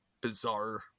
bizarre